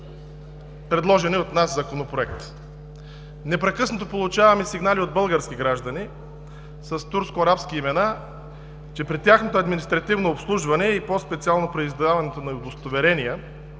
предложения от нас Законопроект. Непрекъснато получаваме сигнали от български граждани с турско-арабски имена, че при тяхното административно обслужване и по-специално при издаването на удостоверения